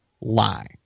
lie